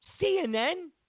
CNN